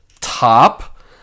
Top